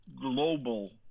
global